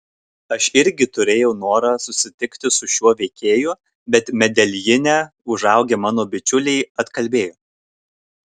aš irgi turėjau norą susitikti su šiuo veikėju bet medeljine užaugę mano bičiuliai atkalbėjo